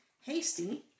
hasty